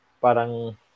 parang